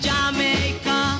Jamaica